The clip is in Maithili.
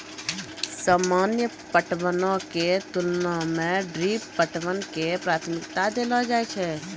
सामान्य पटवनो के तुलना मे ड्रिप पटवन के प्राथमिकता देलो जाय छै